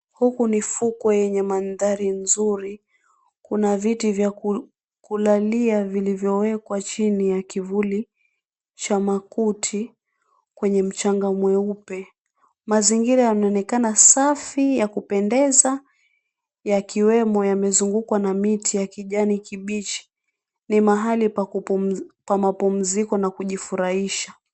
Huku mifuko ya manthari nzuri, kuna kuna viti vya kulalia chini ya makuti kwenye mazingira safi yaliyozungukwa na miti kama mahali pa mapumziko na kujifurahisha